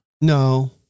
No